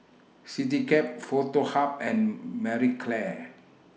Citycab Foto Hub and Marie Claire